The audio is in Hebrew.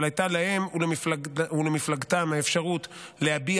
אבל הייתה להם ולמפלגתם האפשרות להביע